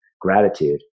gratitude